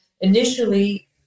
initially